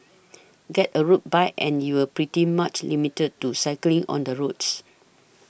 get a road bike and you're pretty much limited to cycling on the roads